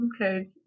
Okay